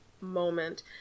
moment